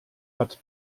hat